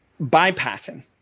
bypassing